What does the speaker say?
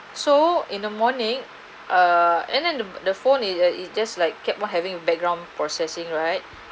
so in the morning err and then the the phone is is just like kept on having background processing right